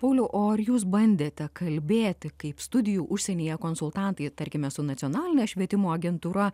pauliau o ar jūs bandėte kalbėti kaip studijų užsienyje konsultantai tarkime su nacionaline švietimo agentūra